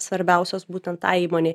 svarbiausios būtent tai įmonei